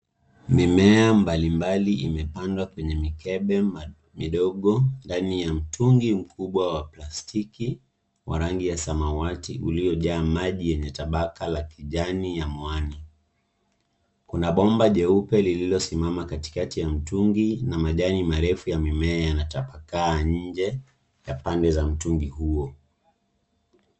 Mimea mbalimbali imeoandwa kwenyemikebe mdogo ndani ya mitungi mkubwa wa plastiki wa rangi wa samawati uliyojaa maji yenye tabaka la kijanai mwani. Kuna bomba jeupe uliosimama katikati ya mtungi na majani marefu ya mimea yatapakaa nje ya pande ya mtungi huo.